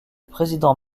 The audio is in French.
président